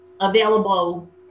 available